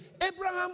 Abraham